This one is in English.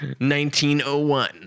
1901